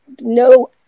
no